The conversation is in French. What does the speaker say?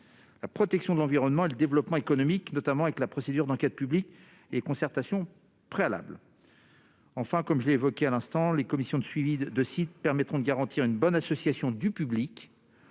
la protection de l'environnement et le développement économique, notamment avec la procédure d'enquête publique et les concertations préalables. Enfin, je l'évoquais à l'instant, les commissions de suivi de sites permettront de garantir une bonne association du public